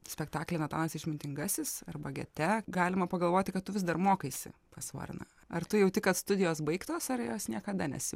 spektaklį natanas išmintingasis arba gete galima pagalvoti kad tu vis dar mokaisi pas varną ar tu jauti kad studijos baigtos ar jos niekada nesi